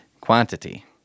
Quantity